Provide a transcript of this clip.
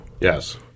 Yes